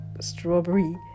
strawberry